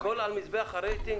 הכול על מזבח הרייטינג?